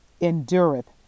endureth